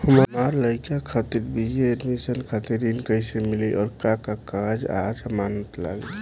हमार लइका खातिर बी.ए एडमिशन खातिर ऋण कइसे मिली और का का कागज आ जमानत लागी?